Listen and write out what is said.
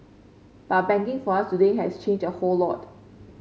but banking for us today has changed a whole lot